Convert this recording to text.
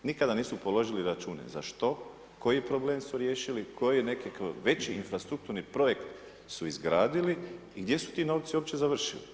Nikada nisu položili račune, za što, koji problem su riješili, koji neki veći infrastrukturni projekt su izgradili i gdje su ti novci uopće završili?